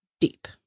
deep